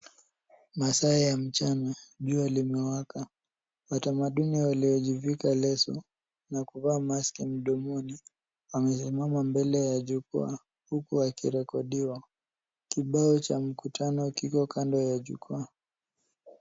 Masaa ya mchana. Jua limewaka. Watamaduni waliojifunga leso na kuvaa maski mdomo wamesimama mbele ya jukwaa, huku wakirekodiwa. Kibao cha mkutano kiko kando ya jukwaa.